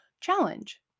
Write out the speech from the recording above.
challenge